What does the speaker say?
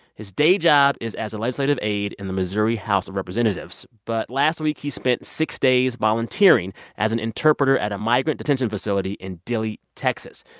his day job is as a legislative aide in the missouri house of representatives. but last week, he spent six days volunteering as an interpreter at a migrant detention facility in dilley, texas.